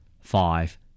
five